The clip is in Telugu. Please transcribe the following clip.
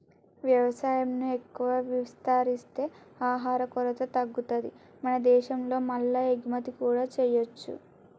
వ్యవసాయం ను ఎక్కువ విస్తరిస్తే ఆహార కొరత తగ్గుతది మన దేశం లో మల్ల ఎగుమతి కూడా చేయొచ్చు